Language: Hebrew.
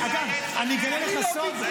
אגב, אני אגלה לך סוד --- בסדר.